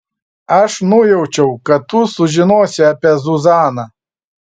aš nujaučiau kad tu sužinosi apie zuzaną